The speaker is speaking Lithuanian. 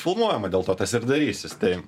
filmuojama dėl to tas ir darysis tai